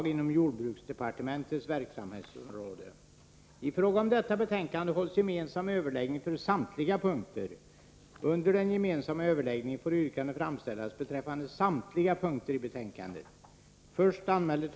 I fråga om detta betänkande hålls gemensam överläggning för samtliga punkter. Under den gemensamma överläggningen får yrkanden framställas beträffande samtliga punkter i betänkandet.